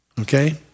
Okay